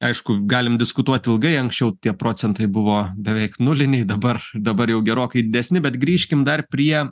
aišku galim diskutuot ilgai anksčiau tie procentai buvo beveik nuliniai dabar dabar jau gerokai didesni bet grįžkim dar prie